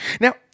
Now